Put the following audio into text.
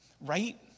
Right